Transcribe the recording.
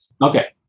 Okay